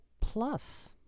plus